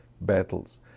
battles